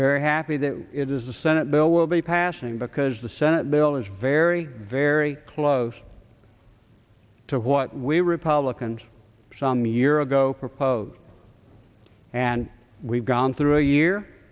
very happy that it is the senate bill will be passing because the senate bill is very very close to what we republicans some year ago proposed and we've gone through year